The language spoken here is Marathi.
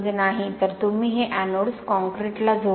तर तुम्ही हे एनोड्स कॉंक्रिटला जोडता